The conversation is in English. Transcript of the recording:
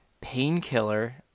Painkiller